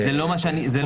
זה לא מה שאמרתי.